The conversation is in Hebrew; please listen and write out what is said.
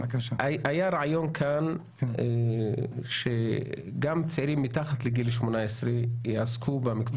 היה רעיון כאן שגם צעירים מתחת לגיל 18 יעסקו במקצוע.